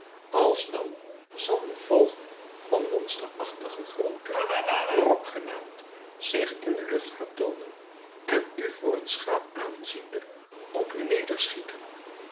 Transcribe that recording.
alsdan zal een vogel van monsterachtige grootte rok genaamd zich in de lucht vertoonen en u voor een schaap aanziende op u